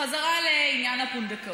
חזרה לעניין הפונדקאות.